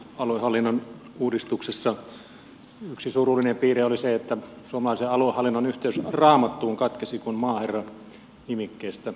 aluehallinnon uudistuksessa yksi surullinen piirre oli se että suomalaisen aluehallinnon yhteys raamattuun katkesi kun maaherra nimikkeestä luovuttiin